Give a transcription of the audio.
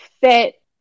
fit